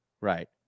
right